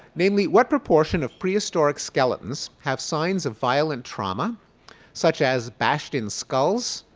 mainly what proportion of prehistoric skeletons have signs of violent trauma such as bashed in skulls,